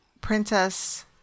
princess